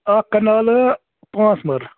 اَکھ کَنالہٕ پانٛژھ مَلرِ